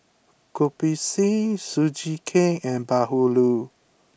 Kopi C Sugee Cake and Bahulu